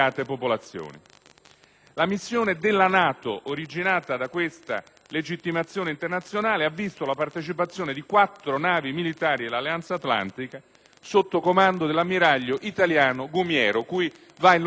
La missione della NATO originata da questa legittimazione internazionale ha visto la partecipazione di quattro navi militari dell'Alleanza atlantica sotto il comando dell'ammiraglio italiano Gumiero, cui va il nostro ringraziamento